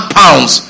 pounds